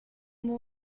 derry